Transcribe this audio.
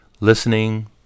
listening